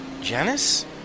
Janice